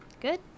good